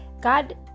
God